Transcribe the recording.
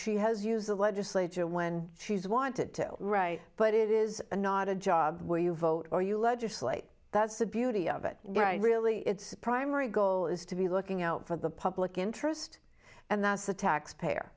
she has used the legislature when she's wanted to but it is not a job where you vote or you legislate that's the beauty of it really it's primary goal is to be looking out for the public interest and that's the taxpayer